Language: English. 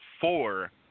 four